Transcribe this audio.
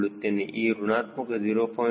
ಇದು ಋಣಾತ್ಮಕ 0